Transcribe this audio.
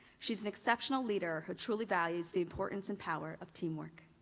she is an exceptional leader who truly values the importance and power of teamwork.